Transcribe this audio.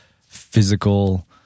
physical